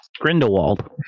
Grindelwald